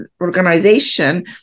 organization